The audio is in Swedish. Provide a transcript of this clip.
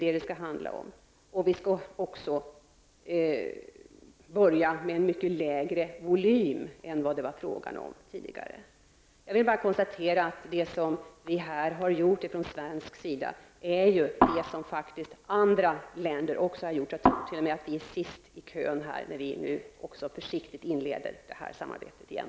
Vi skall också börja med en mycket mindre volym än det var fråga om tidigare. Jag vill bara konstatera att det som vi har gjort från svensk sida är detsamma som man har gjort från andra länder. Jag tror t.o.m. att vi är sist i kön när vi nu också försiktigt inleder det här samarbetet igen.